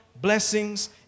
blessings